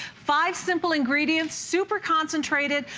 five simple ingredients, super concentrated,